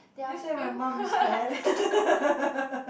did you say my mum is fat